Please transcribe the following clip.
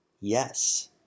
Yes